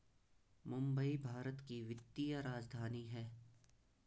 मुंबई भारत की वित्तीय राजधानी है